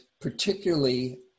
particularly